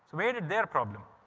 so made it their problem.